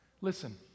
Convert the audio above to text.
listen